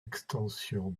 extension